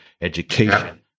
education